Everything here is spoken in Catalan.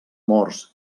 morts